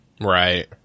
Right